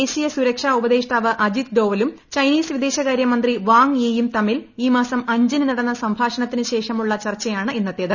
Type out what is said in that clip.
ദേശീയ സ്റ്റുൽക്ഷാ ഉപദേഷ്ടാവ് അജിത് ദോവലും ചൈനീസ് വിദേശകാർട്ട് മ്ന്തി വാങ് യിയും തമ്മിൽ ഈ മാസം അഞ്ചിന് നടന്ന സംഭാഷണത്തിന് ശേഷമുള്ള ചർച്ചയാണ് ഇന്നത്തേത്